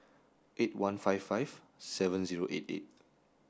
eight one five five seven zero eight eight